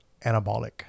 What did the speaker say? Anabolic